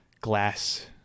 glass